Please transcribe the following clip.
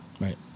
Right